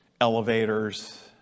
elevators